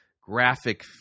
graphic